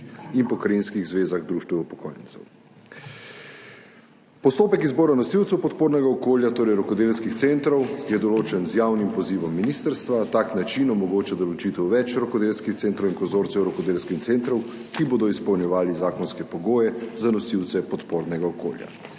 in pokrajinskih zvezah društev upokojencev. Postopek izbora nosilcev podpornega okolja, torej, rokodelskih centrov, je določen z javnim pozivom ministrstva. Tak način omogoča določitev več rokodelskih centrov in konzorcijev rokodelskih centrov, **31. TRAK: (DAG) – 13.10** (nadaljevanje) ki bodo izpolnjevali zakonske pogoje za nosilce podpornega okolja.